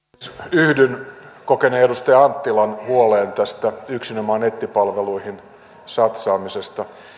yhdyn kokeneen edustaja anttilan huoleen tästä yksinomaan nettipalveluihin satsaamisesta